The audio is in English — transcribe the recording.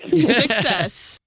Success